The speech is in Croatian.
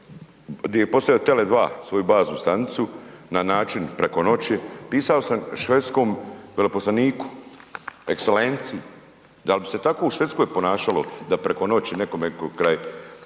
di je postavio Tele2 svoju baznu stanicu na način preko noći, pisao sam švedskom veleposlaniku, ekscelenciji, da li bi se tako u Švedskoj ponašalo, da preko noći nekome kraj